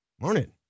Morning